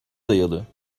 dayalı